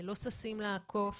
לא ששים לעקוף,